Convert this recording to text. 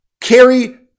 carry